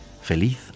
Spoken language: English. Feliz